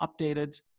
updated